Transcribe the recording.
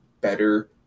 better –